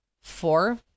four